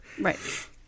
Right